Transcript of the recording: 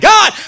God